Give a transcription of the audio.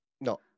No